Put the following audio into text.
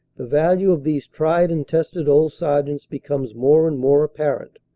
the value of these tried and tested old sergeants becomes more and more apparent.